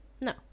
No